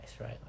right